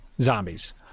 Zombies